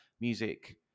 music